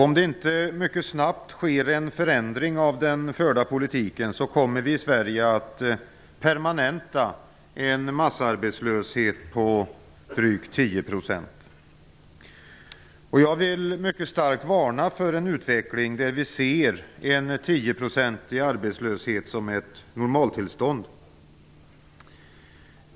Om det inte mycket snabbt sker en förändring av den förda politiken kommer vi i Sverige att permanenta en massarbetslöshet på drygt Jag vill mycket starkt varna för en utveckling där vi ser en 10-procentig arbetslöshet som ett normaltillstånd.